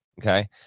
Okay